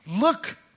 Look